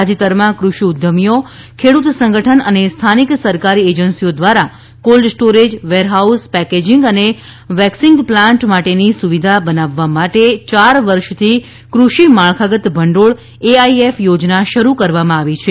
તાજેતરમાં કૃષિ ઉદ્યમીઓ ખેડૂત સંગઠન અને સ્થાનિક સરકારી એજન્સીઓ દ્વારા કોલ્ડ સ્ટોરેજ વેરહાઉસ પેકેજિંગ અને વેક્સિંગ પ્લાન્ટ્સ માટેની સુવિધા બનાવવા માટે ચાર વર્ષથી કૃષિ માળખાગત ભંડીળ એઆઈએફ યોજના શરૂ કરવામાં આવી છે